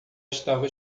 estava